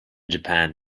japan